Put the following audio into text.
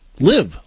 live